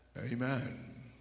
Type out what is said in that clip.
Amen